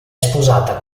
sposata